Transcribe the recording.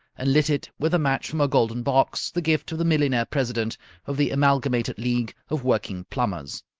and lit it with a match from a golden box, the gift of the millionaire president of the amalgamated league of working plumbers.